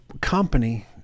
company